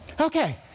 Okay